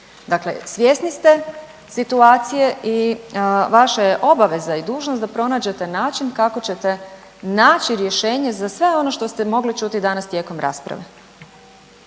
Dakle, svjesni ste situacije i vaša je obaveza i dužnost da pronađete način kako ćete naći rješenje za sve ono što ste mogli čuti danas tijekom rasprave.